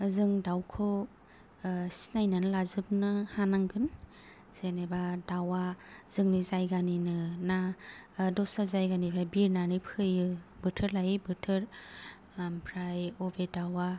जों दाउखौ सिनायनानै लाजोबना हानांगोन जेनेबा दाउआ जोंनि जायगानिनो ना दस्रा जायगानिफ्राय बिरनानै फैयो बोथोर लायै बोथोर आमफ्राय अबे दाउआ